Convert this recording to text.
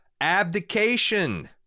Abdication